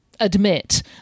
admit